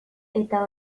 eta